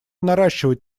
наращивать